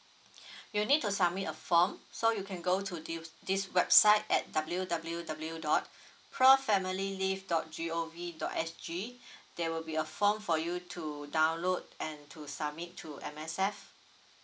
you need to submit a form so you can go to this this website at W W W dot pro family leave dot G O V dot S G there will be a form for you to download and to submit to M_S_F